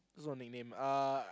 what's your nickname uh